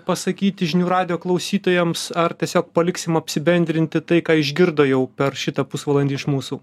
pasakyti žinių radijo klausytojams ar tiesiog paliksim apsibendrinti tai ką išgirdo jau per šitą pusvalandį iš mūsų